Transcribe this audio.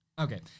Okay